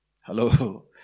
Hello